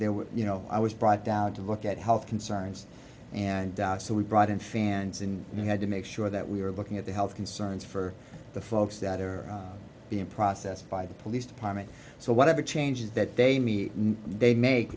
were you know i was brought down to look at health concerns and so we brought in fans and we had to make sure that we were looking at the health concerns for the folks that are being processed by the police department so whatever changes that they me they'd make